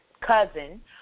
cousin